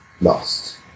lost